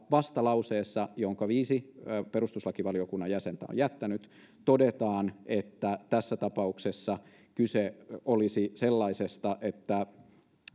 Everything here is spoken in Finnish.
vastalauseessa jonka viisi perustuslakivaliokunnan jäsentä on on jättänyt todetaan että tässä tapauksessa kyse olisi sellaisesta